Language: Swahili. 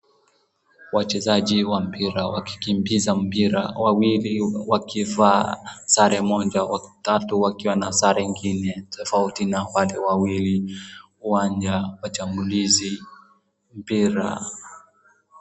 Wachezaji wa mpira wakikimbiza mpira, wawili wakivaa sare moja, watatu wakiwa na sare ingine tofauti na wale wawili, uwanja wachambulizi, mpira.